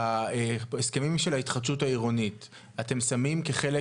בהסכמים של ההתחדשות העירונית אתם שמים כחלק